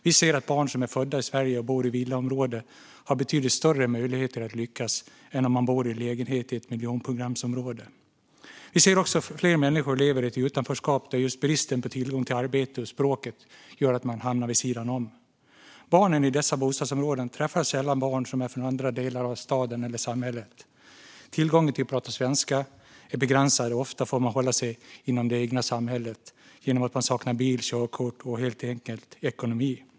Vi ser att barn som är födda i Sverige och bor i villaområden har betydligt större möjligheter att lyckas än de barn som bor i lägenhet i ett miljonprogramsområde. Vi ser också att fler människor lever i ett utanförskap, där just bristen på tillgång till arbete och språket gör att de hamnar vid sidan om. Barnen i dessa bostadsområden träffar sällan barn som är från andra delar av staden eller samhället. Möjligheterna att prata svenska är begränsade, och ofta får de som bor där hålla sig inom det egna samhället på grund av att de saknar bil, körkort och helt enkelt ekonomi.